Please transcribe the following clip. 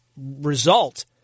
result